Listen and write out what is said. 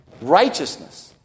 Righteousness